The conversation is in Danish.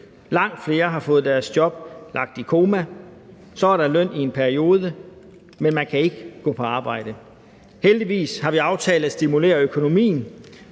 Langt flere har fået deres job lagt i koma – så er der løn i en periode, men man kan ikke gå på arbejde. Heldigvis har vi aftalt at stimulere økonomien.